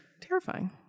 Terrifying